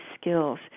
skills